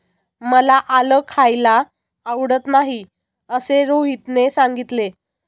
मला आलं खायला आवडत नाही असे रोहितने सांगितले